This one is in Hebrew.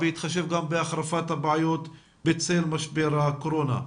בהתחשב גם בהחרפת הבעיות בצל משבר הקורונה.